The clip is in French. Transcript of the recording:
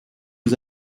aux